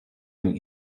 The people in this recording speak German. ein